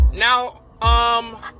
Now